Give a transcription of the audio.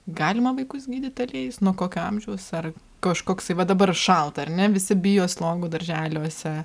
galima vaikus gydyt aliejais nuo kokio amžiaus ar kažkoks tai va dabar šalta ar ne visi bijo slogų darželiuose